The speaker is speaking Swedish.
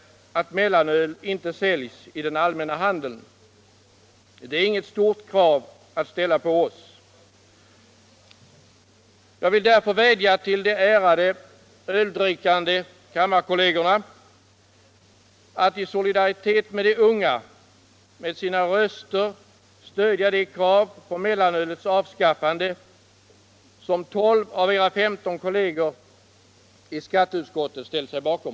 att mellanöl inte säljs i den allmänna handeln. Det är inget stort krav att ställa på oss. Jag vill därför vädja till de ärade öldrickande kammarkollegerna att —-i solidaritet med de unga — med sina röster stödja det krav på mellanölets avskaffande som tolv av era femton kolleger i skatteutskottet ställt sig bakom.